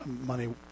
money